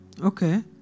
okay